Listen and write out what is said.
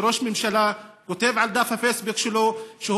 שראש ממשלה כותב בדף הפייסבוק שלו שהוא